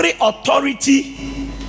Authority